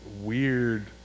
weird